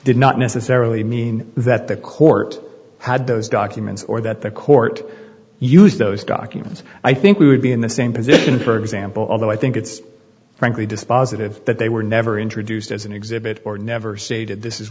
did not necessarily mean that the court had those documents or that the court used those documents i think we would be in the same position for example although i think it's frankly dispositive that they were never introduced as an exhibit or never stated this is